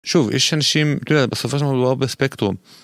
שוב, יש אנשים, את יודעת, בסופו של דבר מדובר בספקטרום